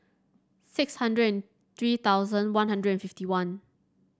six hundred and three thousand One Hundred and fifty one